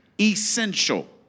essential